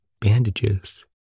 bandages